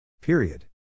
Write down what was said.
Period